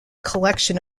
collection